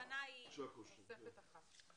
הכוונה היא לתקופה נוספת אחת.